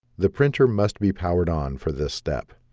the printer must be powered on for this step